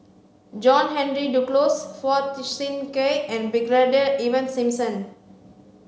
John Henry Duclos Phua Thin Kiay and Brigadier Ivan Simson